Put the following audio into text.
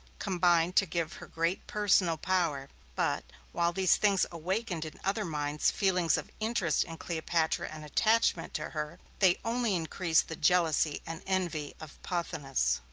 combined to give her great personal power. but, while these things awakened in other minds feelings of interest in cleopatra and attachment to her, they only increased the jealousy and envy of pothinus.